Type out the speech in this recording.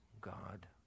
God